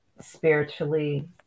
spiritually